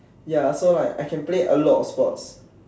ya so like I can play a lot of sports